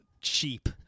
cheap